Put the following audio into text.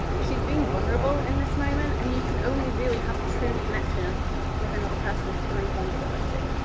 she's being vulnerable in this moment. and you can only really have true connection with another person through vulnerability,